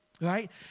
Right